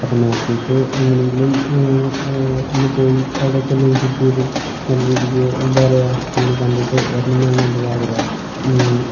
അപ്പം നോക്കിയിട്ട് എങ്ങനെയെങ്കിലും ഒന്നുപോയി അവിടെയൊക്കെ ഒന്ന് വിസിറ്റ് ചെയ്ത് നല്ല രീതിയ്ക്ക് എന്താ പറയുക ഇങ്ങനെ കണ്ടിട്ട് വരണം എന്നാണ് എൻ്റെയൊരാഗ്രഹം